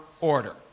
order